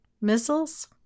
missiles